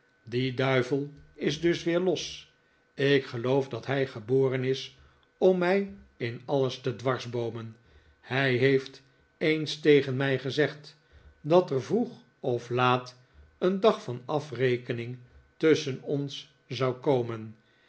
die duivel is dus weer los ik geloof dat hij geboren is pm mij in alles te dwarsboomen hij heeft eens tegen mij gezegd dat er vroeg of laat een dag van afrekening tusschen ons zou komen